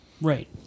Right